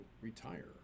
retire